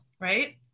right